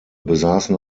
besaßen